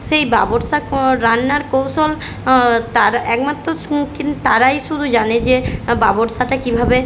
সেই বাবরসা ক রান্নার কৌশল তারা একমাত্র তারাই শুধু জানে যে বাবরসাটা কীভাবে